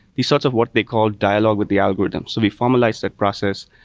these sort of what they called dialogue with the algorithm. so we formalized that process,